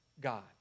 God